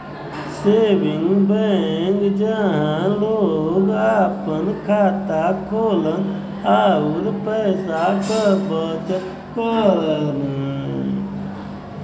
saving bank जहां लोग आपन खाता खोलन आउर पैसा क बचत करलन